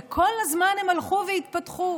וכל הזמן הן הלכו והתפתחו.